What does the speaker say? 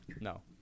no